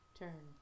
turn